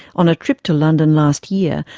on a trip to london last year,